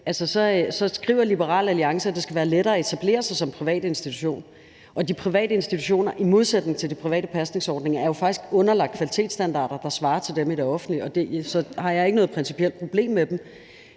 skriver Liberal Alliance, at det skal være lettere at etablere sig som privat institution. De private institutioner er i modsætning til de private pasningsordninger faktisk underlagt kvalitetsstandarder, der svarer til dem i de offentlige institutioner, så jeg har ikke noget principielt problem med dem.